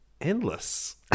endless